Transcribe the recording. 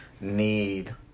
need